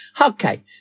Okay